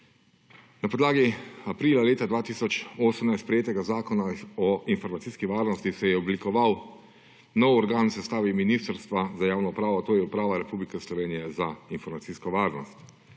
Na podlagi aprila leta 2018 sprejetega Zakona o informacijski varnosti se je oblikoval nov organ v sestavi Ministrstva za javno upravo, to je Uprava Republike Slovenije za informacijsko varnost.